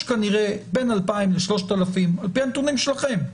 כנראה בין 2,000 ל-3,000 תיקים על פי הנתונים שלכם.